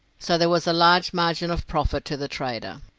so there was a large margin of profit to the trader.